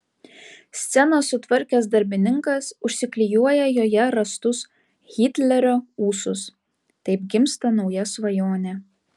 sceną sutvarkęs darbininkas užsiklijuoja joje rastus hitlerio ūsus taip gimsta nauja svajonė